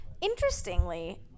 Interestingly